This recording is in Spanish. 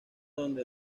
donde